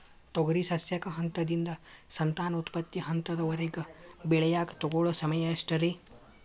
ತೊಗರಿ ಸಸ್ಯಕ ಹಂತದಿಂದ, ಸಂತಾನೋತ್ಪತ್ತಿ ಹಂತದವರೆಗ ಬೆಳೆಯಾಕ ತಗೊಳ್ಳೋ ಸಮಯ ಎಷ್ಟರೇ?